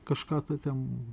kažką tai ten